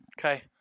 okay